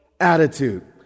attitude